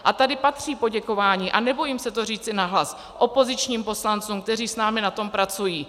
A tady patří poděkování, a nebojím se to říci nahlas, opozičním poslancům, kteří s námi na tom pracují.